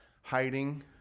hiding